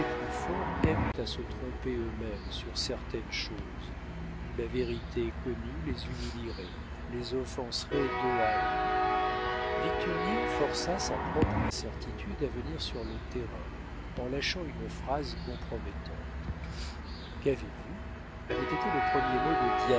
plus forts aiment à se tromper eux-mêmes sur certaines choses où la vérité connue les humilierait les offenserait d'eux à eux victurnien força sa propre incertitude à venir sur le terrain en lâchant une phrase compromettante qu'avez-vous avait été le premier mot de